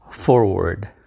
Forward